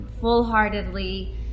full-heartedly